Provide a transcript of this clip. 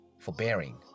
forbearing